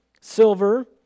silver